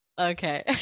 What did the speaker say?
Okay